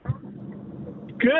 Good